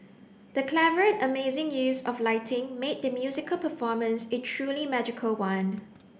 the clever and amazing use of lighting made the musical performance a truly magical one